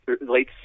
late